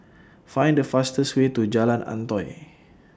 Find The fastest Way to Jalan Antoi